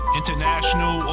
international